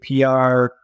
PR